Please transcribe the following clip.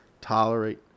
tolerate